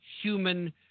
human